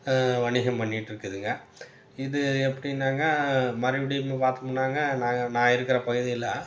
வணிகம் பண்ணிட்டு இருக்குதுங்க இது எப்படினாங்க மறுபுடியும் பாத்தோமுனாங்க நாங்கள் நான் இருக்கின்ற பகுதியில்